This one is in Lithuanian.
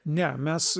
ne mes